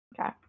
Okay